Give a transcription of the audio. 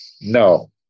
No